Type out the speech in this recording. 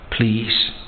please